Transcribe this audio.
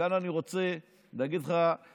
וכאן אני רוצה להגיד לך,